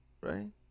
Right